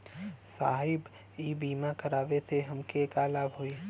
साहब इ बीमा करावे से हमके का लाभ होई?